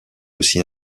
aussi